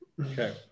Okay